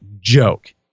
joke